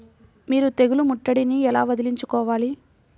మీరు తెగులు ముట్టడిని ఎలా వదిలించుకోవాలి?